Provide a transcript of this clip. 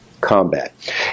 combat